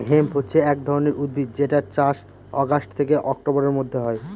hemp হছে এক ধরনের উদ্ভিদ যেটার চাষ অগাস্ট থেকে অক্টোবরের মধ্যে হয়